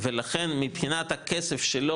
ולכן מבחינת הכסף שלו,